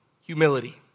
humility